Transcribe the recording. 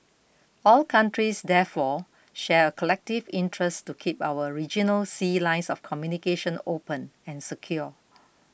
all countries therefore share a collective interest to keep our regional sea lines of communication open and secure